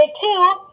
two